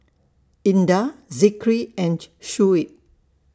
Indah Zikri and Shuib